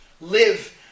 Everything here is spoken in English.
live